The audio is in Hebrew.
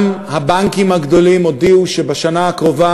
גם הבנקים הגדולים הודיעו שבשנה הקרובה